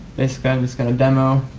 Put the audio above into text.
basically i'm just gonna demo,